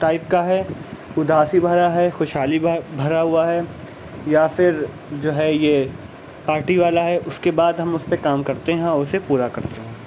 type کا ہے اداسی بھرا ہے خوشحالی بھرا ہوا ہے یا پھر جو ہے یہ پارٹی والا ہے اس کے بعد ہم اس پہ کام کرتے ہیں اور اسے پورا کرتے ہیں